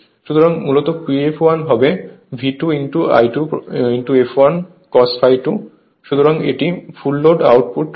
সুতরাং মূলত Pfl হবে V2 I2 fl cos ∅2 সুতরাং এটি ফুল লোড আউটপুট